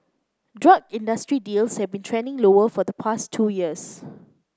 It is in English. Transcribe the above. drug industry deals have been trending lower for the past two years